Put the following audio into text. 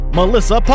Melissa